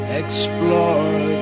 explore